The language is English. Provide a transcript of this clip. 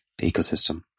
ecosystem